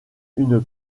une